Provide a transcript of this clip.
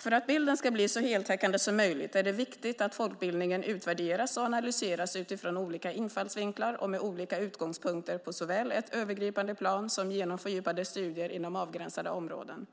För att bilden ska bli så heltäckande som möjligt är det viktigt att folkbildningen utvärderas och analyseras utifrån olika infallsvinklar och med olika utgångspunkter på såväl ett övergripande plan som genom fördjupade studier inom avgränsade områden.